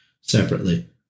separately